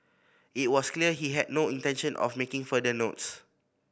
it was clear he had no intention of making further notes